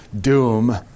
doom